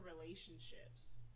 relationships